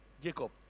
Jacob